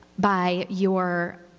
by your